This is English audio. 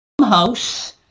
House